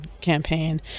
campaign